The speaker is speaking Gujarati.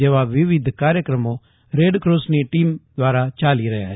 જેવા વિવિધ કાર્યક્રમો રેડક્રોસની ટીમ દ્વારા ચાલી રહ્યા છે